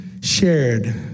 shared